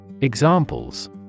Examples